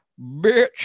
Bitch